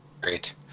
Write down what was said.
Great